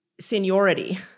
seniority